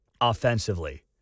offensively